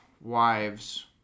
wives